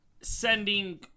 Sending